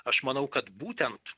aš manau kad būtent